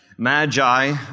Magi